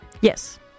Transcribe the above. yes